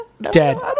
Dead